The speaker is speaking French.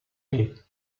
paix